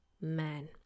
Man